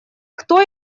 кто